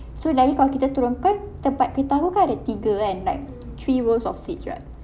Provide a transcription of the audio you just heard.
so lagi kalau kita turunkan tempat kereta aku kan ada tiga kan like three rows of seats [what]